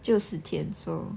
就四天 so